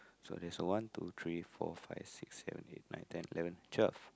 so there's a one two three four five six seven eight nine ten eleven twelve